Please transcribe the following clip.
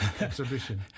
exhibition